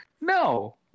No